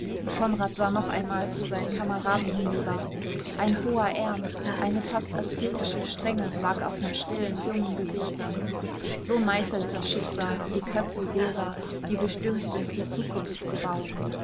konrad sah noch einmal zu seinen kameraden hinüber ein hoher ernst eine fast aszetische strenge lag auf ihren stillen jungen gesichtern so meißelt das schicksal die köpfe derer die bestimmt sind die zukunft zu bauen